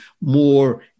more